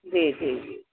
जी जी जी